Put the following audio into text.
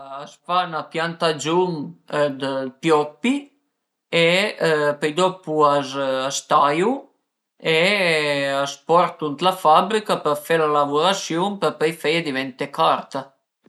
A s'fa 'na piantagiun dë pioppi e pöi dopu a s'taiu e a s'portu ën la fabrica për fe la lavurasiun për pöi feie diventé carta